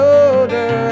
older